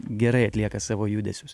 gerai atlieka savo judesius